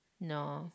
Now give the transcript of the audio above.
no